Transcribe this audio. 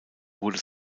wurde